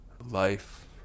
life